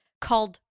called